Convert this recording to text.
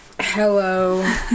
Hello